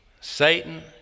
Satan